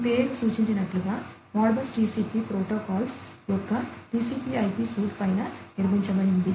ఈ పేరు సూచించినట్లుగా మోడ్బస్ టిసిపి ప్రోటోకాల్స్ యొక్క టిసిపి ఐపి సూట్ పైన నిర్మించబడింది